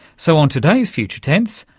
so, on today's future tense,